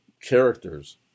characters